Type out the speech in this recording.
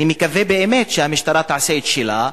אני מקווה באמת שהמשטרה תעשה את שלה,